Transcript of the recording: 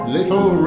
Little